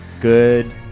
Good